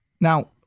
Now